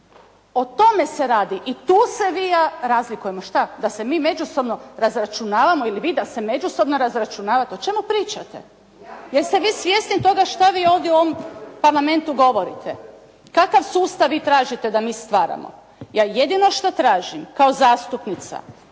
O tome se radi. I tu se vi i ja razlikujemo. Šta? Da se mi međusobno razračunavamo ili vi da se međusobno razračunavate? O čemu pričate? Jeste vi svjesni toga što vi ovdje u ovom Parlamentu govorite? Kakav sustav vi tražite da mi stvaramo? Ja jedino što tražim kao zastupnica